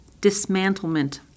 dismantlement